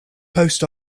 post